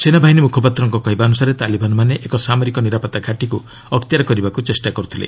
ସେନାବାହିନୀ ମୁଖପାତ୍ରଙ୍କ କହିବା ଅନୁସାରେ ତାଲିବାନ୍ମାନେ ଏକ ସାମରିକ ନିରାପତ୍ତା ଘାଟିକୁ ଅକ୍ତିଆର କରିବାକୁ ଚେଷ୍ଟା କରୁଥିଲେ